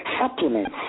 supplements